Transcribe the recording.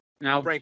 Now